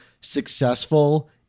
Successful